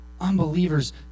Unbelievers